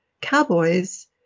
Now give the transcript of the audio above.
cowboys